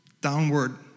Downward